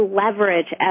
leverage